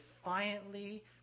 defiantly